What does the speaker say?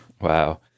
Wow